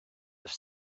have